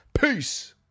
Peace